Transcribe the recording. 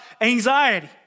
anxiety